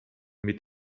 mit